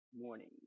morning